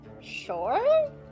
sure